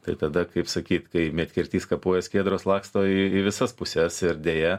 tai tada kaip sakyt kai medkirtys kapoja skiedros laksto į į visas puses ir deja